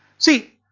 see,